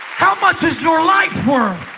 how much is your life worth